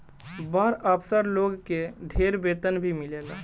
बड़ अफसर लोग के ढेर वेतन भी मिलेला